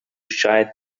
shy